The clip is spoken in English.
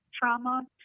trauma